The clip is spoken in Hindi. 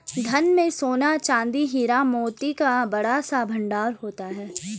धन में सोना, चांदी, हीरा, मोती का बड़ा सा भंडार होता था